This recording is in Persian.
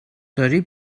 داری